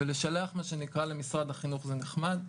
ולשלח למשרד החינוך זה נחמד,